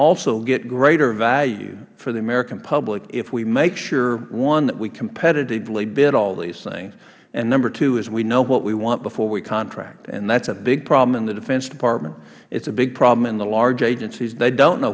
also get greater value for the american public if we make sure one that we competitively bid all of these things and two that we know what we want before we contract that is a big problem in the defense department it is a big problem in the large agencies they dont know